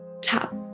Tap